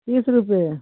तीस रुपये